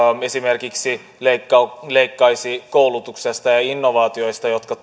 esimerkiksi leikkaisi koulutuksesta ja ja innovaatioista jotka